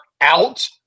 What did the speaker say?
out